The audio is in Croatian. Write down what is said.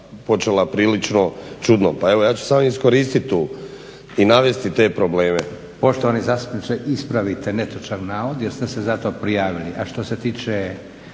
počela prilično čudno. Pa evo ja ću samo iskoristiti tu i navesti te probleme. **Leko, Josip (SDP)** Poštovani zastupniče ispravite netočan navod jer ste se za to prijavili. A što se tiče